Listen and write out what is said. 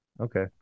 okay